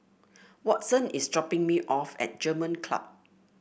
Watson is dropping me off at German Club